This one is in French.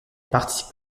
participe